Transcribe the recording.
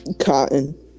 Cotton